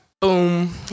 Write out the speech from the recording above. Boom